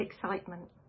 excitement